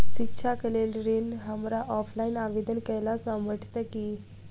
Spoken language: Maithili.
शिक्षा केँ लेल ऋण, हमरा ऑफलाइन आवेदन कैला सँ भेटतय की?